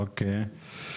אוקיי.